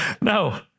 No